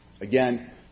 Again